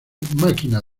máquina